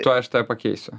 tuoj aš tave pakeisiu